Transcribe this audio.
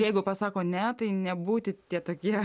jeigu pasako ne tai nebūti tie tokie